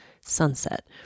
sunset